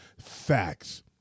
Facts